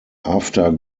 after